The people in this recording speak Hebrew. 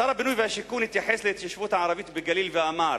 שר הבינוי והשיכון התייחס להתיישבות הערבית בגליל ואמר: